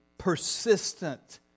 persistent